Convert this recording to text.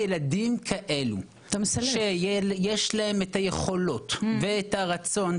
דווקא ילדים כאלו שיש להם את היכולות ואת הרצון,